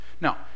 Now